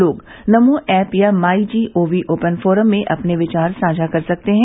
लोग नमो ऐप या MyGov open forum में अपने विचार साझा कर सकते हैं